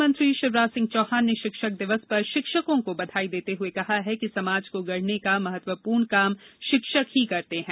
मुख्यमंत्री शिवराज सिंह चौहान ने शिक्षक दिवस पर शिक्षकों को बधाई देते हुए कहा है कि समाज को गढ़ने का महत्वपूर्ण काम शिक्षक ही करते हैं